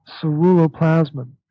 ceruloplasmin